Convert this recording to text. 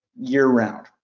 year-round